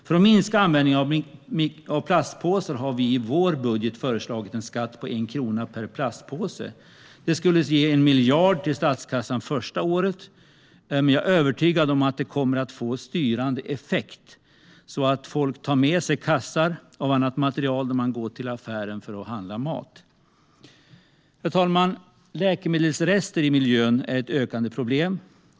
För att minska användningen av plastpåsar har vi i vår budget föreslagit en skatt på 1 krona per plastpåse. Detta skulle ge 1 miljard till statskassan det första året, och jag är övertygad om att det skulle få en styrande effekt, så att folk tar med sig kassar av annat material när de går till affären för att handla mat. Herr talman! Läkemedelsrester i miljön är ett ökande problem.